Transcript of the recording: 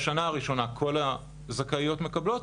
בשנה הראשונה כל הזכאיות מקבלות,